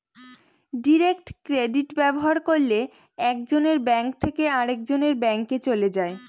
direct credit ব্যবহার করলে এক জনের ব্যাঙ্ক থেকে আরেকজনের ব্যাঙ্কে চলে যায়